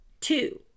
two